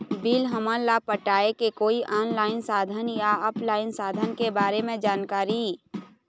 Bill हमन ला पटाए के कोई ऑनलाइन साधन या ऑफलाइन साधन के बारे मे जानकारी?